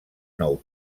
nou